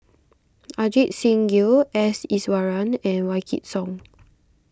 Ajit Singh Gill S Iswaran and Wykidd Song